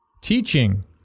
Teaching